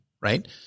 right